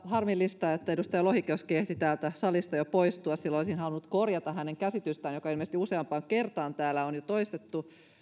harmillista että edustaja lohikoski ehti täältä salista jo poistua sillä olisin halunnut korjata hänen käsitystään joka ilmeisesti jo useampaan kertaan täällä on toistettu